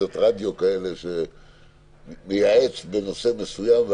תוכניות רדיו שאדם מייעץ בנושא מסוים,